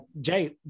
Jay